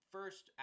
First